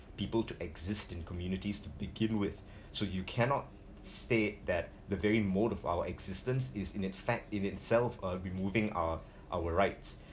people to exist in communities to begin with so you cannot say that the very mode of our existence is in effect in itself uh removing our our rights